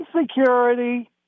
security